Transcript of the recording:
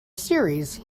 series